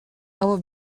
our